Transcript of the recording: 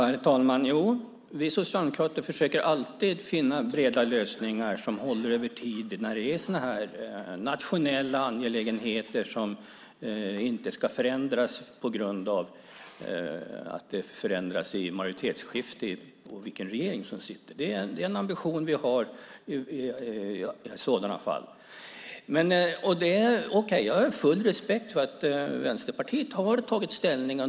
Herr talman! Vi socialdemokrater försöker alltid finna breda lösningar som håller över tid när det är sådana här nationella angelägenheter som inte ska förändras på grund av vilken regering som sitter efter förändrade majoritetsskiften. Det är en ambition vi har i sådana fall. Jag har full respekt för att Vänsterpartiet har tagit ställning.